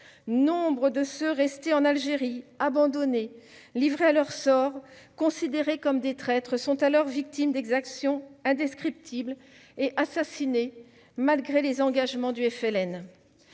Nombre de ceux qui sont restés en Algérie, abandonnés, livrés à leur sort, considérés comme des traîtres, sont alors victimes d'exactions indescriptibles et assassinés malgré les engagements du Front